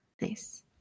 Nice